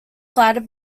flattered